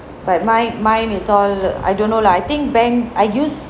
but mine mine is all I don't know lah I think bank I use